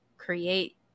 create